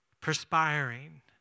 perspiring